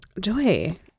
Joy